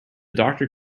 doctor